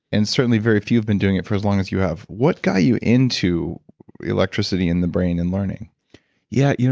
and certainly, very few have been doing it for as long as you have. what got you into electricity in the brain and learning yeah,